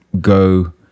go